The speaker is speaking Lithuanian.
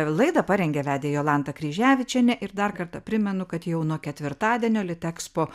laidą parengė vedė jolanta kryževičienė ir dar kartą primenu kad jau nuo ketvirtadienio litexpo